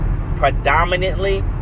predominantly